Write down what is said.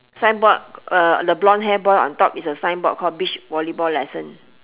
signboard uh the blonde hair boy on top is a signboard call beach volleyball lesson